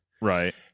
Right